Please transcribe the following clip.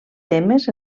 temes